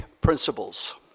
Principles